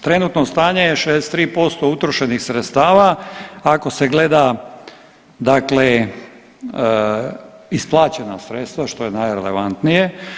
trenutno stanje je 63% utrošenih sredstava, ako se gleda dakle isplaćena sredstva, što je najrelevantnije.